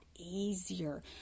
easier